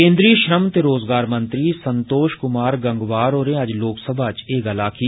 केन्द्रीय श्रम ते रोज़गार मंत्री संतोष कुमार गंगवार होरें अज्ज लोकसभा च एह गल्ल आक्खी